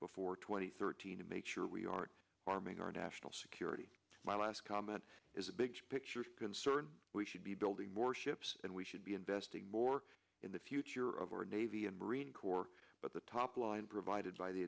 and thirteen to make sure we are harming our national security my last comment is a big picture concern we should be building more ships and we should be investing more in the future of our navy and marine corps but the top line provided by the